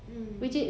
mm